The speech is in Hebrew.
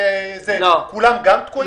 כולם תקועים?